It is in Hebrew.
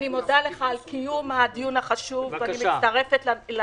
אני מודה לך על קיום הדיון החשוב הזה ואני מצטרפת לתנחומים,